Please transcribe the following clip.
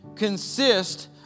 consist